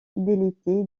fidélité